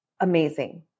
amazing